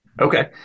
Okay